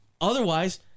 Otherwise